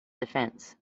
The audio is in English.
defense